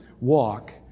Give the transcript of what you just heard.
walk